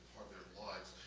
their lives.